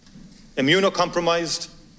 Immunocompromised